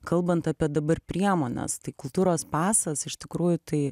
kalbant apie dabar priemones tai kultūros pasas iš tikrųjų tai